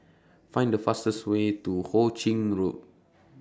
Find The fastest Way to Hu Ching Road